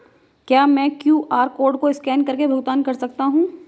क्या मैं QR code को स्कैन करके भुगतान कर सकता हूं?